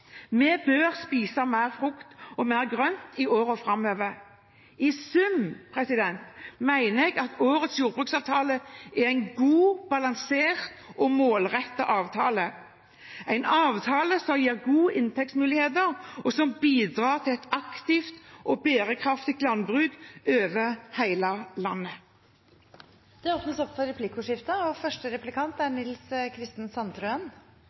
Vi bør spise mer frukt og grønt i årene framover. I sum mener jeg at årets jordbruksavtale er en god, balansert og målrettet avtale, en avtale som gir gode inntektsmuligheter, og som bidrar til et aktivt og bærekraftig landbruk over hele landet. Det blir replikkordskifte. I forrige stortingsperiode behandlet Stortinget jordbruksmeldingen, og der slo en samlet komité fast at for